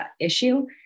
issue